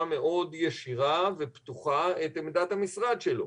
מאוד ישירה ופתוחה את עמדת המשרד שלו,